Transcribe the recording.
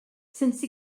since